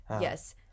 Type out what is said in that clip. Yes